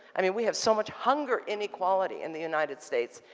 i mean, we have so much hunger inequality in the united states,